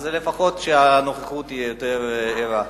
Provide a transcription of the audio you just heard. אז לפחות שהנוכחות תהיה יותר ערה.